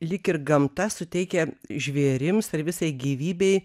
lyg ir gamta suteikia žvėrims ar visai gyvybei